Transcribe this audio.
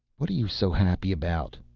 what are you so happy about?